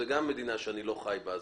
זאת גם מדינה שאני לא חי בה.